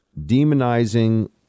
demonizing